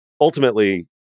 ultimately